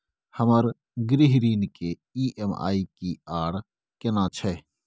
हमर गृह ऋण के ई.एम.आई की आर केना छै?